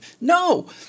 No